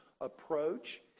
approach